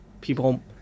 People